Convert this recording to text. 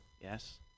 Yes